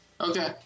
Okay